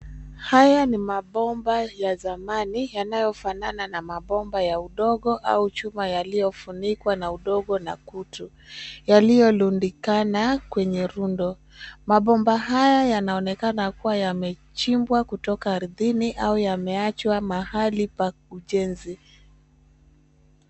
Haya ni mabomba ya zamani, yanayofanana na mabomba ya udongo au chuma yaliyofunikwa na udongo na kutu, yaliyorundikana kwenye rundo. Mabomba haya yanaonekana kuwa yamechimbwa kutoka arthini, au yameachwa mahali pa ujenzi.